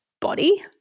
body